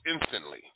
instantly